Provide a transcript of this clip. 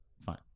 fine